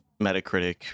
Metacritic